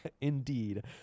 Indeed